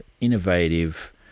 innovative